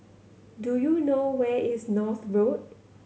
do you know where is North Road